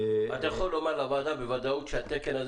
אתה יכול לומר לוועדה בוודאות שהתקן הזה